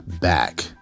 back